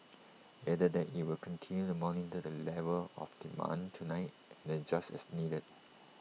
IT added that IT will continue to monitor the level of demand tonight and adjust as needed